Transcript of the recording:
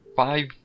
five